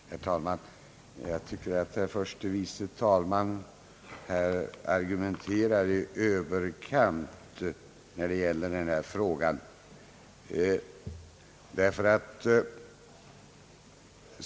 Herr talman! Jag tycker att herr förste vice talmannen argumenterar i Överkant när det gäller denna fråga.